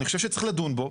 אני חושב שצריך לדון בו,